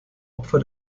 opfer